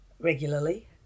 regularly